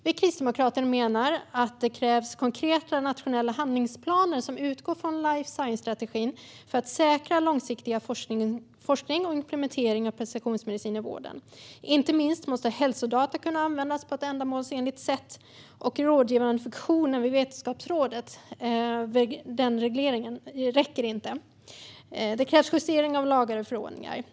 Vi kristdemokrater menar att det krävs konkreta nationella handlingsplaner som utgår från life science-strategin för att säkra långsiktig forskning och implementering av precisionsmedicin i vården. Inte minst måste hälsodata kunna användas på ett ändamålsenligt sätt, och regleringen i och med den rådgivande funktionen vid Vetenskapsrådet räcker inte. Det krävs justering av lagar och förordningar.